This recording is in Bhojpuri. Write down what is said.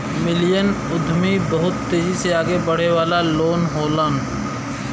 मिलियन उद्यमी बहुत तेजी से आगे बढ़े वाला लोग होलन